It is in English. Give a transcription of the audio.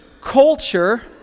culture